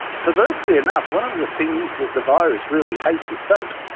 perversely enough, one of the things that the virus really hates is soap.